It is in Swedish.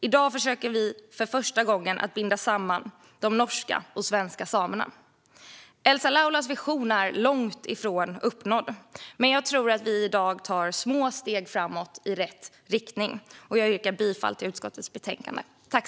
I dag försöker vi för första gången att binda samman de norska och svenska samerna." Elsa Laulas vision är långt ifrån uppnådd. Men jag tror att vi i dag tar vi små steg framåt i rätt riktning. Jag yrkar bifall till utskottets förslag.